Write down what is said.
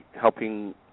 helping